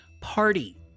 Party